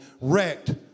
wrecked